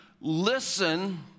listen